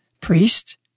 priest